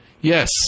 Yes